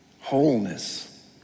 wholeness